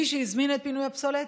מי שהזמין את פינוי הפסולת,